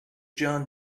jon